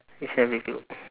you shouldn't have revealed